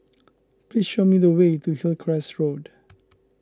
please show me the way to Hillcrest Road